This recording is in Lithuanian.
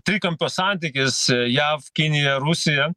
trikampio santykis jav kinija rusija